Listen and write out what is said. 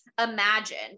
imagined